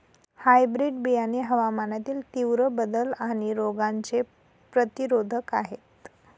hybrid बियाणे हवामानातील तीव्र बदल आणि रोगांचे प्रतिरोधक आहे